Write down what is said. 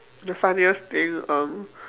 the funniest thing err